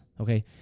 Okay